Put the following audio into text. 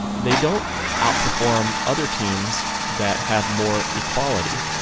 they don't outperform other teams that have more equality.